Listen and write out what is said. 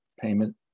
payment